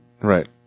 right